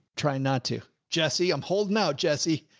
try not to jesse. i'm holding out jesse.